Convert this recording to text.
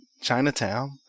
Chinatown